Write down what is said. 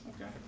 Okay